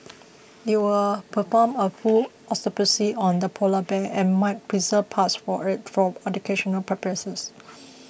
it will perform a full autopsy on the polar bear and might preserve parts of it for educational purposes